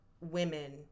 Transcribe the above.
women